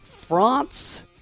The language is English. France